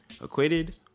acquitted